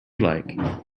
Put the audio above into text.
like